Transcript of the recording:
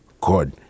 Good